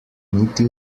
niti